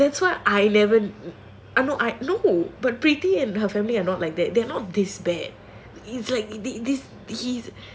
ya so that's why I never no I no but preety and her family are not like that they are not this bad it's like he's